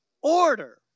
order